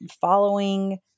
following